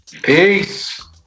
Peace